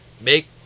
Make